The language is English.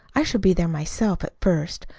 i shall be there myself, at first.